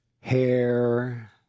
hair